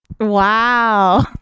Wow